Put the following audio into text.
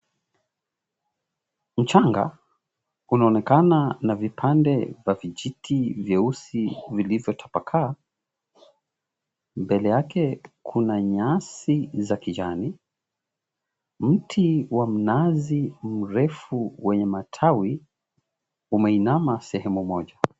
Mchanga, kunaonekana na vipande vya vijiti vyeusi vilivyotapakaa, mbele yake kuna nyasi za kijani, mti wa mnazi mrefu wenye matawi umeinama sehemu moja.